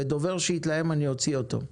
דובר שיתלהם אני אוציא אותו.